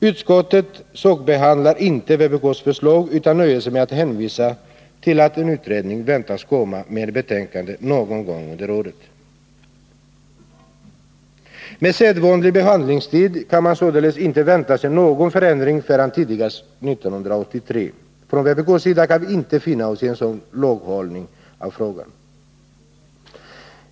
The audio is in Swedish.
Utskottet sakbehandlar inte vpk:s förslag, utan nöjer sig med att hänvisa till att utredningen väntas komma med ett betänkande någon gång under året. Med sedvanlig behandlingstid kan man således inte vänta sig någon förändring förrän tidigast 1983. Från vpk:s sida kan vi inte finna oss i denna långhalning av frågan.